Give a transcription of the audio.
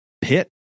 pit